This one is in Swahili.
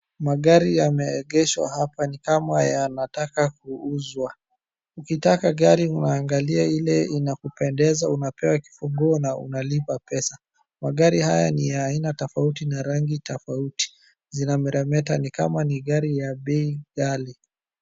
Magari yameegeshwa hapa ni kama yanataka kuuzwa ukitaka gari unaangalia ile inakupendeza unapewa kifunguu na unalipa pesa. Magari haya ni ya aina tofauti na rangi tofauti zinameremeta nikama ni gari ya bei ghali.